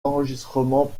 enregistrement